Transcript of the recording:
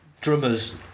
drummers